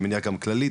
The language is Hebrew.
אני מניח גם כללית,